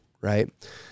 right